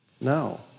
No